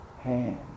hand